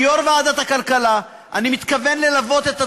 כיושב-ראש ועדת הכלכלה אני מתכוון ללוות את התהליך,